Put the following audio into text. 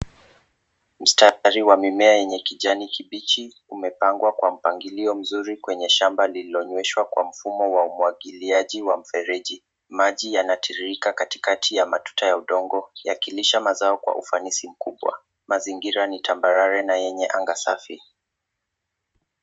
Mstari wa mimea yenye kijani kibichi. Umepangwa kwa mpangilio mzuri kwenye shamba lililonyweshwa kwa mfumo wa umwagiliaji wa mfereji. Maji yanatiririka katikati ya matuta ya udongo, yakilisha mazao kwa ufanisi mkubwa. Mazingira ni tambara na yenye anga safi